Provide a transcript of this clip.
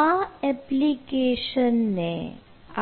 આ એપ્લિકેશનને